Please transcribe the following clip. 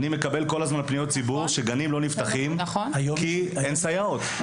אני מקבל כל הזמן פניות מהציבור שגנים לא נפתחים כי אין סייעות,